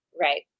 Right